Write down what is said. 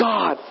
God